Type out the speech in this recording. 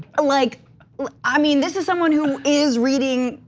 ah like i mean, this is someone who is reading,